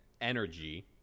energy